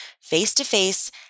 face-to-face